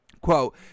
Quote